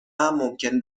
ممکن